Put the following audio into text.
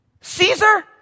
Caesar